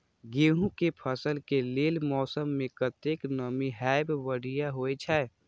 गेंहू के फसल के लेल मौसम में कतेक नमी हैब बढ़िया होए छै?